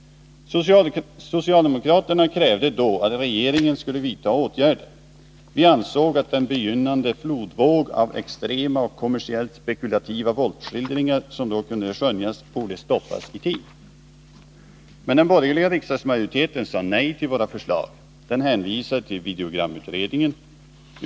Socialdemokraterna krävde då att regeringen skulle vidta åtgärder. Vi ansåg att den begynnande flodvåg av extrema och kommersiellt spekulativa våldsskildringar som då kunde skönjas borde stoppas i tid. Men den borgerliga riksdagsmajoriteten sade nej till våra förslag. Den hänvisade till videogramutredningen.